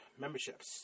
memberships